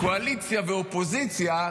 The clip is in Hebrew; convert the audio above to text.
קואליציה ואופוזיציה,